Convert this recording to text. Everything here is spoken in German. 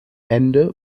ende